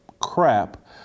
crap